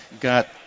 got